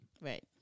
right